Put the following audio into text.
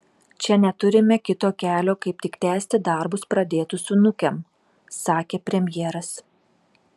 čia neturime kito kelio kaip tik tęsti darbus pradėtus su nukem sakė premjeras